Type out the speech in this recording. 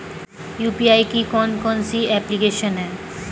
UPI की कौन कौन सी एप्लिकेशन हैं?